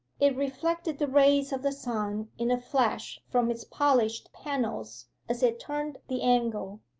it reflected the rays of the sun in a flash from its polished panels as it turned the angle,